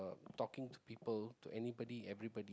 talking to people to everybody to anybody